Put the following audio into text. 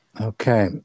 Okay